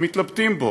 ומתלבטים בו.